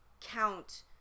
count